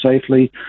safely